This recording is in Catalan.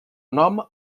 nom